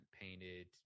painted